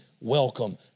welcome